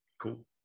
cool